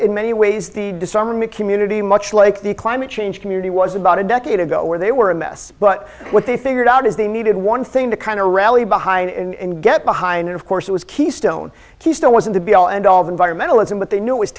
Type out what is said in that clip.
in many ways the disarmament community much like the climate change community was about a decade ago where they were a mess but what they figured out is they needed one thing to kind of rally behind and get behind it of course it was keystone keystone wasn't a be all end all of environmentalist and what they knew